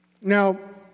Now